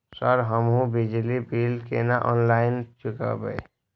Sir हमू बिजली bill केना ऑनलाईन चुकेबे?